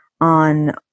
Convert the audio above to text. on